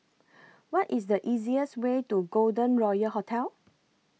What IS The easiest Way to Golden Royal Hotel